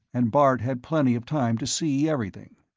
and bart had plenty of time to see everything.